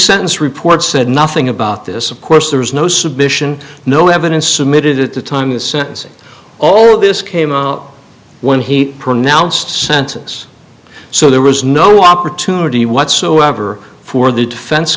sentence report said nothing about this of course there was no submission no evidence submitted at the time of the sentencing all of this came out when he pronounced sentence so there was no opportunity whatsoever for the defense